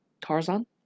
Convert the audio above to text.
Tarzan